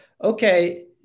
okay